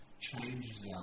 changes